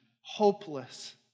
hopeless